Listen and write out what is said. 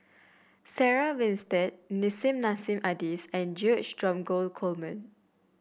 Sarah Winstedt Nissim Nassim Adis and George Dromgold Coleman